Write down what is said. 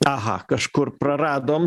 aha kažkur praradom